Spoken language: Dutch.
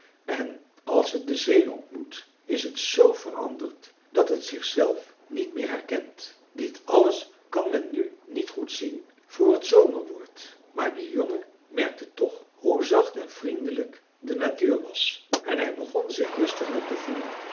en als het de zee ontmoet is het z veranderd dat het zichzelf niet meer herkent dit alles kan men nu niet goed zien voor het zomer wordt maar de jongen merkte toch hoe zacht en vriendelijk de natuur was en hij begon zich rustiger te voelen